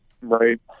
Right